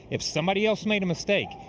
if somebody else made a mistake,